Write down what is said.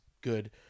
good